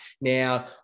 Now